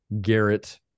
garrett